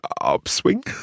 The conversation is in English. upswing